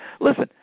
Listen